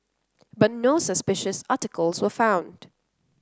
but no suspicious articles were found